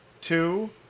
two